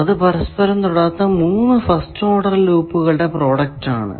അത് പരസ്പരം തൊടാത്ത 3 ഫസ്റ്റ് ഓഡർ ലൂപ്പുകളുടെ പ്രോഡക്റ്റ് ആണ്